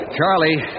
Charlie